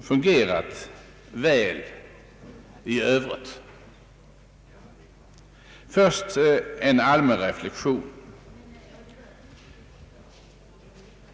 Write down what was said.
fungerat väl. Först en allmän anmärkning.